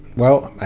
well,